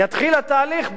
יתחיל התהליך,